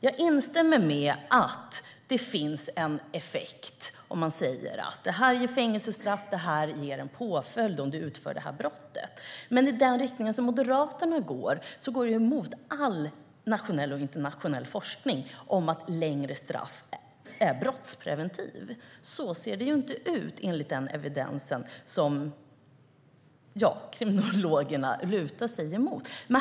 Jag instämmer i att det leder till en effekt när man säger att brott medför påföljder. Men Moderaterna går ju emot all nationell och internationell forskning om huruvida längre straff är brottspreventivt. Så ser det inte ut enligt den evidens som kriminologerna lutar sig emot.